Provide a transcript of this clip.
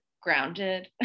grounded